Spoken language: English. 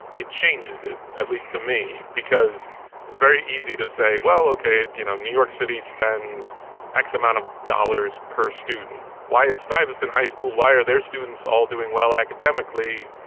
it changes it, at least to me, because it's very easy to say, well, ok, you know, new york city spends x amount of dollars per student. why is stuyvesant high school why are their students all doing well academically,